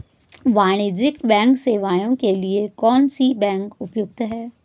वाणिज्यिक बैंकिंग सेवाएं के लिए कौन सी बैंक उपयुक्त है?